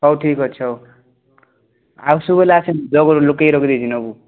ହଉ ଠିକଅଛି ହଉ ଆସିବୁ ବୋଲେ ଆସେ ଲୁକେଇକି ରଖିଦେଇଥିବି ନବୁ